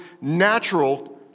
natural